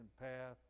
path